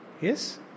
Yes